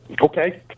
Okay